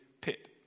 pit